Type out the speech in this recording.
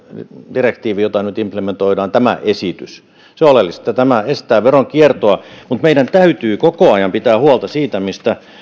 direktiivi jota nyt implementoidaan tämä esitys toimii veronkierron estämiseksi se on oleellista että tämä estää veronkiertoa mutta meidän täytyy koko ajan pitää huolta siitä mistä